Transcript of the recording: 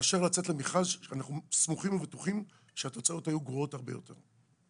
מאשר לצאת למכרז שאנחנו סמוכים ובטוחים שהתוצאות היו גרועות הרבה יותר.